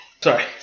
Sorry